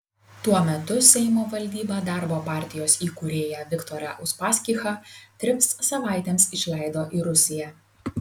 tuo metu seimo valdyba darbo partijos įkūrėją viktorą uspaskichą trims savaitėms išleido į rusiją